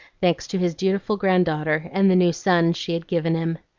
thanks to his dutiful granddaughter and the new son she had given him.